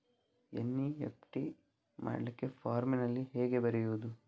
NEFT ಮಾಡ್ಲಿಕ್ಕೆ ಫಾರ್ಮಿನಲ್ಲಿ ಹೇಗೆ ಬರೆಯುವುದು?